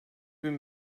bin